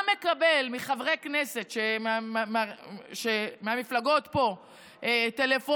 גם מקבל מחברי כנסת מהמפלגות פה טלפונים,